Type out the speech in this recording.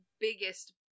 biggest